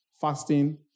fasting